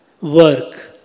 work